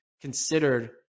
considered